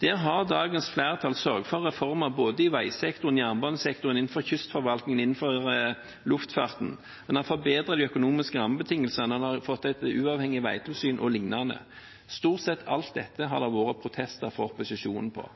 Der har dagens flertall sørget for reformer både i veisektoren, i jernbanesektoren, innenfor kystforvaltningen og innenfor luftfarten, en har forbedret de økonomiske rammebetingelsene, en har fått et uavhengig veitilsyn o.l. Stort sett alt dette har det vært protester fra opposisjonen på.